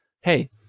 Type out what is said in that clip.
Hey